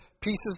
pieces